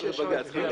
רשומה.